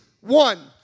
one